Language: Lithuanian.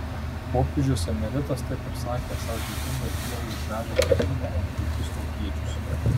popiežius emeritas taip pat sakė esąs dėkingas dievui už gražią tėvynę ir puikius tautiečius